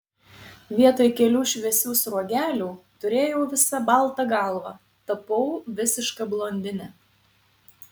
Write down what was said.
vietoj kelių šviesių sruogelių turėjau visą baltą galvą tapau visiška blondine